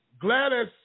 Gladys